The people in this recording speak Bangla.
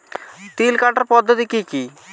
তিল কাটার পদ্ধতি কি কি?